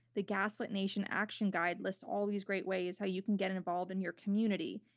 the gaslit nation action guide lists all these great ways how you can get involved in your community.